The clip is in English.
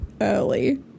early